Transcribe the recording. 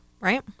right